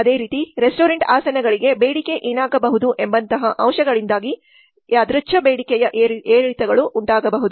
ಅದೇ ರೀತಿ ರೆಸ್ಟೋರೆಂಟ್ ಆಸನಗಳಿಗೆ ಬೇಡಿಕೆ ಏನಾಗಬಹುದು ಎಂಬಂತಹ ಅಂಶಗಳಿಂದಾಗಿ ಯಾದೃಚ್ಕ ಬೇಡಿಕೆಯ ಏರಿಳಿತಗಳು ಉಂಟಾಗಬಹುದು